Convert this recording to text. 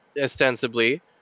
ostensibly